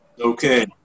okay